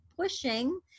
pushing